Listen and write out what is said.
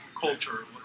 culture